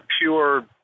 pure